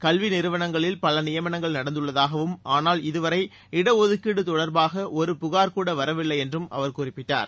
கல்வி நிறுவனங்களில் பல நியமனங்கள் நடந்தள்ளதாகவும் ஆனால்இதுவரை இட ஒதுக்கீடு தொடர்பாக ஒரு புகார் கூட வரவில்லை என்றும் அவர் குறிப்பிட்டார்